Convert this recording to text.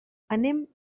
anem